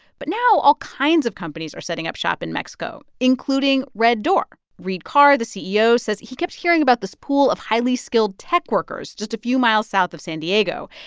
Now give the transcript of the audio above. but now all kinds of companies are setting up shop in mexico, including red door. reid carr, the ceo, says he kept hearing about this pool of highly skilled tech workers just a few miles south of san diego.